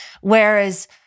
Whereas